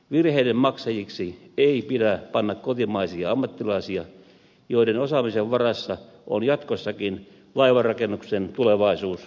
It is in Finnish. virheiden maksajiksi ei pidä panna kotimaisia ammattilaisia joiden osaamisen varassa on jatkossakin laivanrakennuksen tulevaisuus suomessa